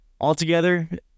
Altogether